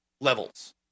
levels